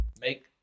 Make